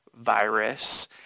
virus